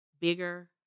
bigger